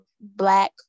black